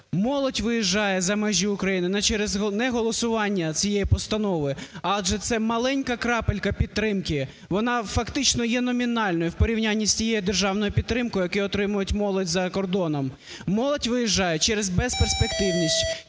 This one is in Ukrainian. Молодь виїжджає за межі України не черезнеголосування цієї постанови, адже це маленька крапелька підтримки, вона фактично є номінальною в порівнянні з тією державною підтримкою, яку отримує молодь за кордоном. Молодь виїжджає через безперспективність,